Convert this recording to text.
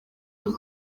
iyi